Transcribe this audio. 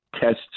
tests